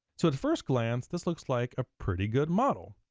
so at first glance this looks like a pretty good model.